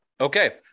Okay